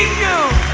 you